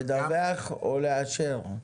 לדווח או לאשר?